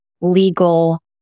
legal